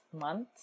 months